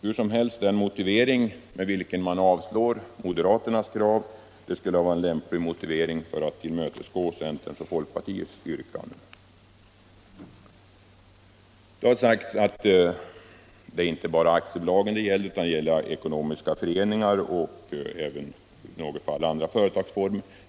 Hur som helst — den motivering med vilken man avstyrker moderaternas krav skulle lämpligen kunnat anföras som argument för att tillmötesgå centerns och folkpartiets yrkande. Det har påpekats att inte bara aktiebolag utan också ekonomiska för eningar och i viss utsträckning andra företagsformer berörs av denna lagstiftning.